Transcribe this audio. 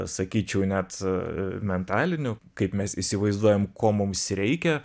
sakyčiau net mentalinių kaip mes įsivaizduojam ko mums reikia